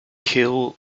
kill